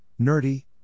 Nerdy